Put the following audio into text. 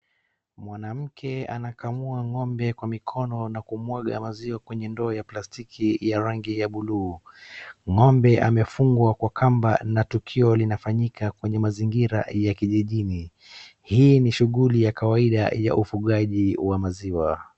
Mwanamke anakamua ng'ombe kwa mikono na kumwaga maziwa kwenye ndoo ya plastiki ya rangi ya blue . Ng'ombe amefungwa kwa kamba na tukio linafanyika kwenye mazingira ya kijijini. Hii ni shughuli ya kawaida ya ufugaji wa maziwa.